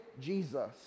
Jesus